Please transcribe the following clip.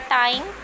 time